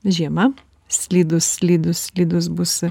žiema slidūs slidūs slidūs bus